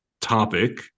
topic